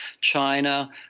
China